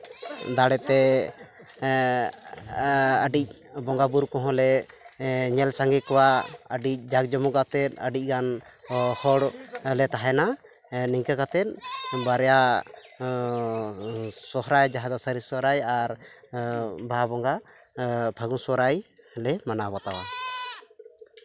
ᱫᱟᱲᱮᱛᱮ ᱟᱹᱰᱤ ᱵᱚᱸᱜᱟ ᱵᱳᱨᱳ ᱠᱚᱦᱚᱸᱞᱮ ᱧᱮᱞ ᱥᱟᱸᱜᱮ ᱠᱚᱣᱟ ᱟᱹᱰᱤ ᱡᱟᱸᱠ ᱡᱚᱢᱚᱠᱟᱛᱮ ᱟᱹᱰᱤᱜᱟᱱ ᱦᱚ ᱦᱚᱲ ᱞᱮ ᱛᱟᱦᱮᱱᱟ ᱱᱤᱝᱠᱟᱹ ᱠᱟᱛᱮ ᱵᱟᱨᱭᱟ ᱥᱟᱨᱦᱟᱭ ᱡᱟᱦᱟᱸ ᱫᱚ ᱥᱟᱹᱨᱤ ᱥᱚᱨᱦᱟᱭ ᱟᱨ ᱵᱟᱦᱟ ᱵᱚᱸᱜᱟ ᱯᱷᱟᱹᱜᱩᱱ ᱥᱚᱨᱦᱟᱭ ᱞᱮ ᱢᱟᱱᱟᱣ ᱵᱟᱛᱟᱣᱟ